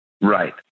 Right